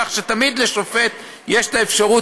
כך שתמיד לשופט יש את האפשרות.